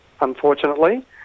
unfortunately